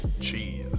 Cheese